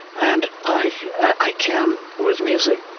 and i can with music.